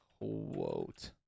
quote